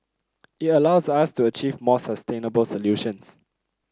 it allows us to achieve more sustainable solutions